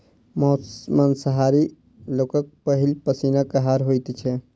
मौस मांसाहारी लोकक पहिल पसीनक आहार होइत छै